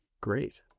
Great